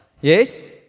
Yes